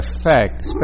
effect